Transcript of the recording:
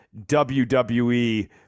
WWE